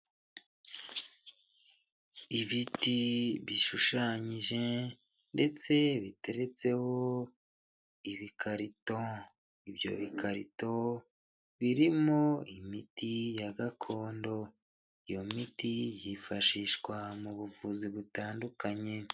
Ibiti bishushanyije, ndetse biteretseho ibikarito, ibyo bikarito birimo imiti ya gakondo. Iyo miti yifashishwa mu buvuzi butandukanye.